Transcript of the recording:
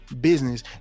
business